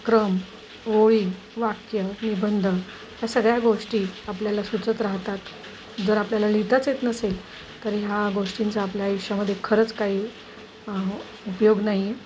क्रम ओळी वाक्य निबंध ह्या सगळ्या गोष्टी आपल्याला सुचत राहतात जर आपल्याला लिहिताच येत नसेल तरी ह्या गोष्टींचा आपल्या आयुष्यामध्ये खरंच काही उपयोग नाही आहे